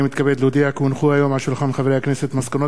כי הונחו היום על שולחן הכנסת מסקנות ועדת העבודה,